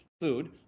food